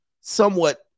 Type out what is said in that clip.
somewhat